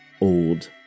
old